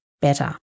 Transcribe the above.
better